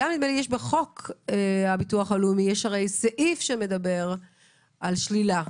יש גם בחוק הביטוח הלאומי סעיף שמדבר על שלילה.